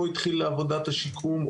או התחיל בעבודת השיקום,